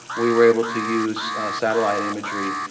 we were able to use satellite imagery